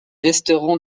resteront